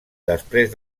després